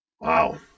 Wow